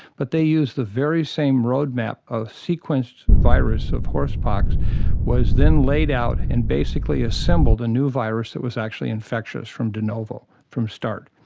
but they used the very same roadmap of sequenced virus of horsepox was then laid out and basically assembled a new virus that was actually infectious from de novo, from start.